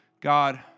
God